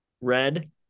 red